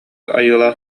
айылаах